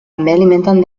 alimenten